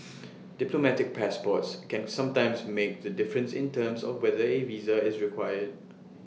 diplomatic passports can sometimes make the difference in terms of whether A visa is required